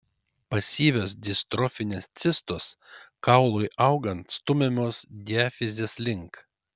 pasyvios distrofinės cistos kaului augant stumiamos diafizės link